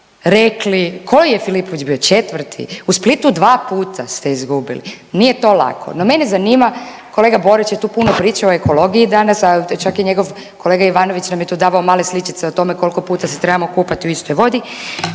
rekli, koji je Filipović bio, 4.? U Splitu 2 puta ste izgubili. Nije to lako. No, mene zanima, kolega Borić je tu puno pričao o ekologiji danas, a čak je njegov kolega Ivanović nam je tu davao male sličice o tome koliko puta se trebamo kupati u istoj vodi,